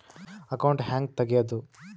Account ಹ್ಯಾಂಗ ತೆಗ್ಯಾದು?